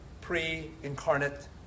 pre-incarnate